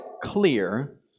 clear